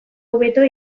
hobeto